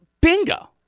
Bingo